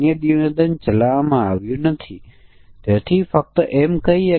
હવે ચાલો કેટલાક ઉદાહરણો લઈએ